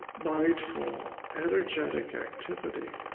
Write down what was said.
mindful, energetic activity.